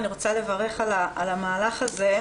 אני רוצה לברך על המהלך הזה.